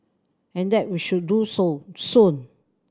and that we should do so soon